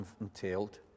entailed